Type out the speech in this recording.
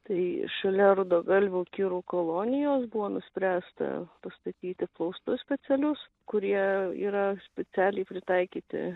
tai šalia rudagalvių kirų kolonijos buvo nuspręsta pastatyti plaustus specialius kurie yra specialiai pritaikyti